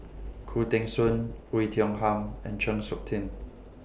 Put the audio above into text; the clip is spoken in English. Khoo Teng Soon Oei Tiong Ham and Chng Seok Tin